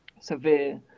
severe